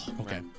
okay